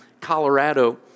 Colorado